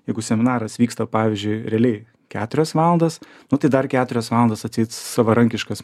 jeigu seminaras vyksta pavyzdžiui realiai keturias valandas nu tai dar keturias valandas atseit savarankiškas